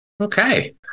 Okay